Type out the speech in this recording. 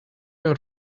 your